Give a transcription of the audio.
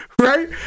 Right